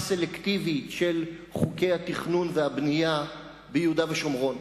סלקטיבית של חוקי התכנון והבנייה ביהודה ושומרון.